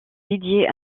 dédiée